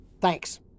Thanks